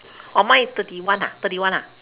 oh mine is thirty one ah thirty one ah